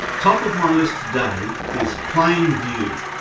top of my list today is plane view.